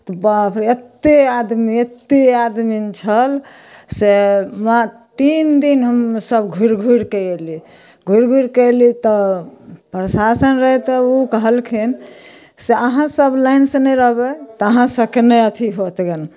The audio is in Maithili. तऽ बाप रे एतेक आदमी एतेक आदमी छल से वहाँ तीन दिन हमसभ घुरि घुरिकऽ अएली घुरि घुरिकऽ अएली तऽ प्रशासन रहै तऽ ओ कहलखिन से अहाँसभ लाइनसँ नहि रहबै तऽ अहाँसभके नहि अथी हैत गन